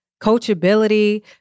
coachability